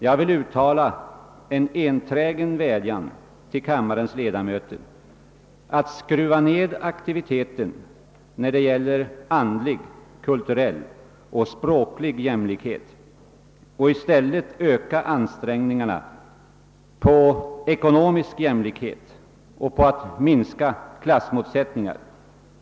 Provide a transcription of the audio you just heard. Jag vill uttala en en trägen vädjan till kammarens ledamöter att skruva ned aktiviteten när det gäller andlig, kulturell och språklig jämlikhet och i stället öka ansträngningarna att skapa ekonomisk jämlikhet och minska klassmotsättningar.